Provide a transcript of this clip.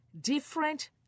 different